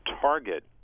target